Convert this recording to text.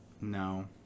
No